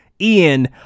Ian